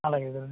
అలాగే